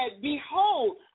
Behold